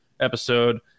episode